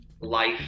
life